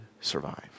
survive